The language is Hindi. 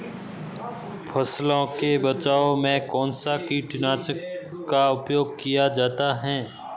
फसलों के बचाव में कौनसा कीटनाशक का उपयोग किया जाता है?